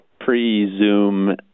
pre-Zoom